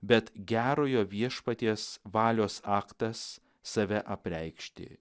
bet gerojo viešpaties valios aktas save apreikšti